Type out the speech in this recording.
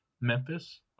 Memphis